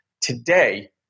Today